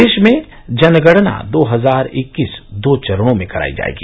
देश में जनगणना दो हजार इक्कीस दो चरणों में करायी जायेगी